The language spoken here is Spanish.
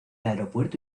aeropuerto